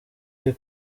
uri